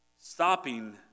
stopping